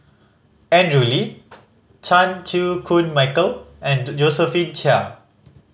Andrew Lee Chan Chew Koon Michael and Josephine Chia